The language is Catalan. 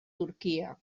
turquia